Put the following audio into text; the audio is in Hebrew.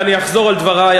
ואני אחזור על דברי,